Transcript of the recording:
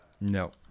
No